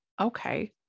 okay